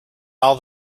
all